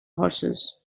horses